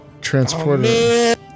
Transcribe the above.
Transported